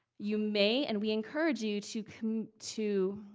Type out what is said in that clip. you may, and we encourage you to to